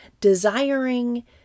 desiring